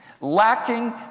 lacking